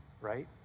right